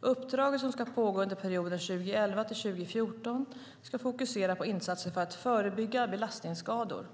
Uppdraget, som ska pågå under perioden 2011-2014, ska fokusera på insatser för att förebygga belastningsskador.